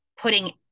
putting